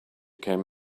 came